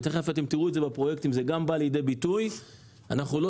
ותכף תראו שזה גם בא לידי ביטוי בפרויקטים.